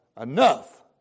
enough